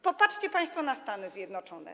Popatrzcie państwo na Stany Zjednoczone.